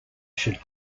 should